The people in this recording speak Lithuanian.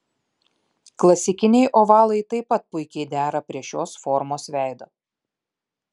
klasikiniai ovalai taip pat puikiai dera prie šios formos veido